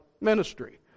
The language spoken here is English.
ministry